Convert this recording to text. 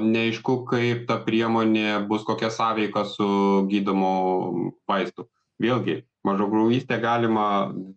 neaišku kaip ta priemonė bus kokia sąveika su gydomu vaistu vėlgi mažakraujystę galima